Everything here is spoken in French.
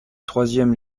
troisième